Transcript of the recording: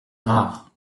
rares